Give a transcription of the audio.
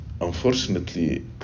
Unfortunately